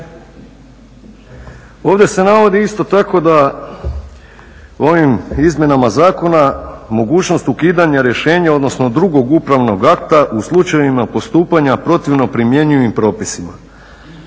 Ovdje se navodi isto tako da ovim izmjenama zakona, mogućnost ukidanja rješenja odnosno drugog upravnog akta u slučajevima postupanja protivno primjenjivim propisima.